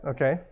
Okay